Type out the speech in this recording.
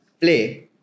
play